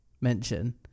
mention